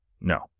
No